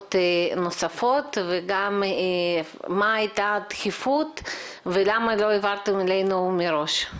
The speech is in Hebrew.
והוראות נוספות וגם מה הייתה הדחיפות ולמה לא העברתם אלינו מראש.